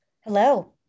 Hello